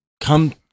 come